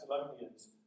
Thessalonians